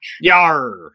Yar